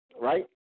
right